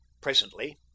Presently